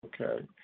Okay